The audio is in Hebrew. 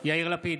יאיר לפיד,